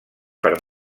per